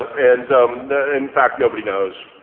and in fact, nobody knows.